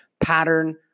pattern